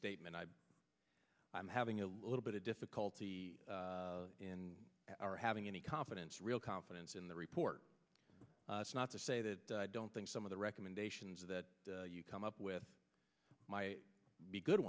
statement i i'm having a little bit of difficulty in our having any confidence real confidence in the report not to say that i don't think some of the recommendations that you come up with be good